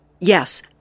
Yes